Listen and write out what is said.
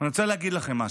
ואני רוצה להגיד לכם משהו: